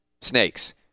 snakes